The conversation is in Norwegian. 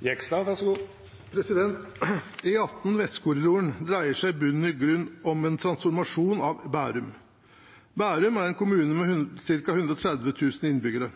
en kommune med ca. 130 000 innbyggere.